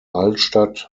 altstadt